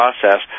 process